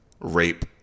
rape